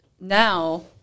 now